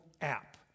app